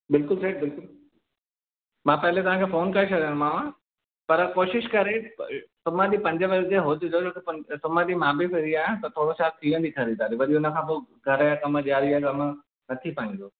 बिल्कुलु सेठ बिल्कुलु मां पहले तव्हांखे फोन करे छॾींदोमांव पर कोशिशि करे सूमरु ॾींहुं पंजे बजे उहो थी सघेव त सूमरु ॾींहुं मां बि फ्री आहियां त थोरो छा थी वेंदी ख़रीदारी वरी हुनखां पोइ घर जा कम ॾियारीअ जा कम न थी पाईंदो